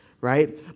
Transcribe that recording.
right